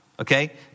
okay